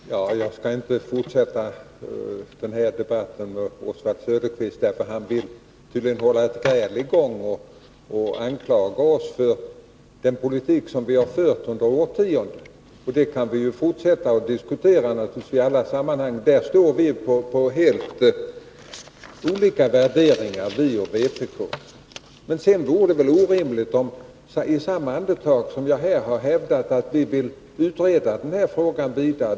Fru talman! Jag skall inte fortsätta denna debatt med Oswald Söderqvist, för han vill tydligen hålla ett gräl i gång genom att anklaga oss för den politik som vi har fört under årtionden. Den kan vi naturligtvis fortsätta att diskutera i annat sammanhang. Vi och vpk står för helt olika värderingar. Visst vore det väl orimligt att jag nu svarade på Oswald Söderqvists fråga, när jag här har hävdat att vi vill utreda denna fråga vidare.